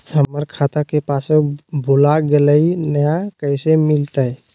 हमर खाता के पासबुक भुला गेलई, नया कैसे मिलतई?